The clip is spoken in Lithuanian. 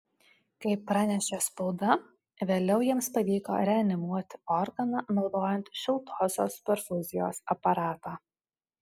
kaip pranešė spauda vėliau jiems pavyko reanimuoti organą naudojant šiltosios perfuzijos aparatą